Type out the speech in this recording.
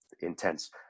intense